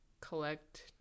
collect